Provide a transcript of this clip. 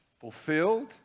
fulfilled